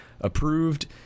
approved